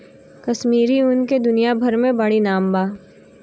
कश्मीरी ऊन के दुनिया भर मे बाड़ी नाम बा